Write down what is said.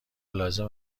لازم